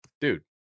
dude